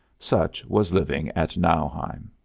such was living at nauheim.